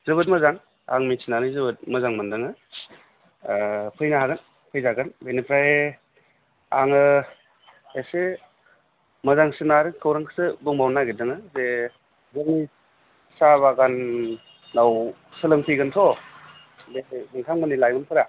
जोबोद मोजां आं मिथिनानै जोबोद मोजां मोनदोङो फैनो हागोन फैजागोन बेनिफ्राय आङो एसे मोजांसिन आरो खौरांखौसो बुंबावनो नागिरदोङो बे जोंनि साहा बागानाव सोलोंफैगोनथ' बेहाय नोंथांमोननि लाइमोनफोरा